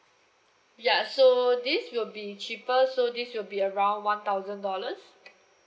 ya so this will be cheaper so this will be around one thousand dollars